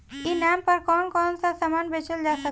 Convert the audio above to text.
ई नाम पर कौन कौन समान बेचल जा सकेला?